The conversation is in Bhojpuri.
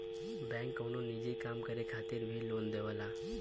बैंक कउनो निजी काम करे खातिर भी लोन देवला